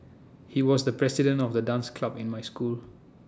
he was the president of the dance club in my school